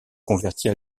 convertit